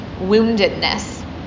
woundedness